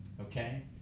Okay